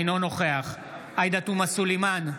אינו נוכח עאידה תומא סלימאן,